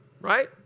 right